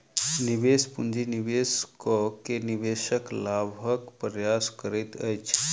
निवेश पूंजी निवेश कअ के निवेशक लाभक प्रयास करैत अछि